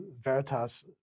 veritas